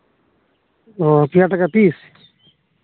ᱚᱸᱻ ᱯᱮ ᱴᱟᱠᱟ ᱯᱤᱥ